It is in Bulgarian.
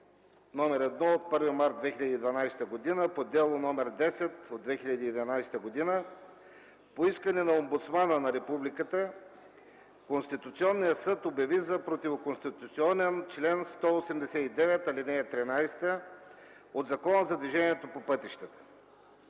№ 1 от 1 март 2012 г. по Дело № 10 от 2011 г., по искане на омбудсмана на Републиката Конституционният съд обяви за противоконституционен чл. 189, ал. 13 от Закона за движение по пътищата.